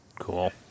Cool